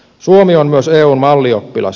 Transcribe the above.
suomi on myös eun mallioppilas